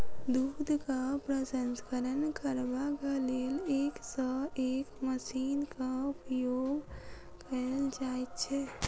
दूधक प्रसंस्करण करबाक लेल एक सॅ एक मशीनक उपयोग कयल जाइत छै